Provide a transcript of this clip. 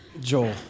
Joel